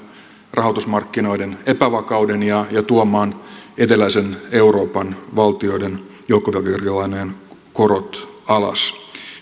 rahoitusmarkkinoiden epävakauden ja tuomaan eteläisen euroopan valtioiden joukkovelkakirjalainojen korot alas